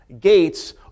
Gates